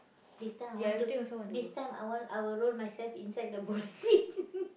this time I want to this time I want I will roll myself inside the